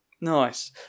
Nice